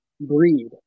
breed